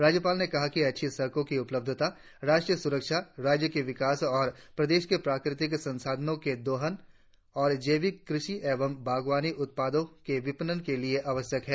राज्यपाल ने कहा कि अच्छी सड़को की उपलब्धता राष्ट्रीय सुरक्षा राज्य के विकास और प्रदेश के प्राकृतिक संसादनों के दोहन और जैविक कृषि एवं बागवानी उत्पादों के विपणन के लिए आवश्यक है